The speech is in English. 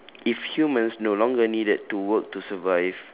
if humans no longer needed to work to survive